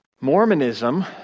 Mormonism